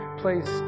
please